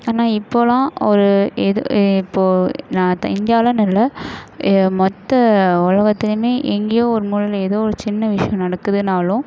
ஆனால் இப்போதெலாம் ஒரு இது இப்போது நான் த இந்தியாவில்னு இல்லை மற்ற உலகத்துலையுமே எங்கேயோ ஒரு மூலையில் ஏதோ ஒரு சின்ன விஷயம் நடக்குதுனாலும்